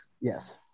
Yes